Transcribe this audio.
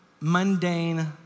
mundane